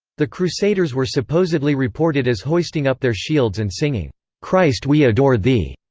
the crusaders were supposedly reported as hoisting up their shields and singing christ we adore thee!